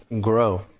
grow